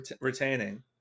retaining